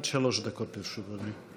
עד שלוש דקות לרשות אדוני.